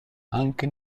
anche